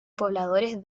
pobladores